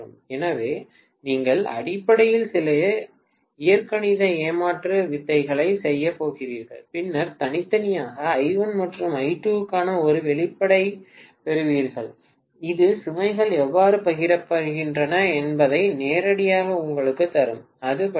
எனவே நீங்கள் அடிப்படையில் சில இயற்கணித ஏமாற்று வித்தைகளைச் செய்யப் போகிறீர்கள் பின்னர் தனித்தனியாக I1 மற்றும் I2 க்கான ஒரு வெளிப்பாட்டைப் பெறுவீர்கள் இது சுமைகள் எவ்வாறு பகிரப்படுகின்றன என்பதை நேரடியாக உங்களுக்குத் தரும் அது பற்றியது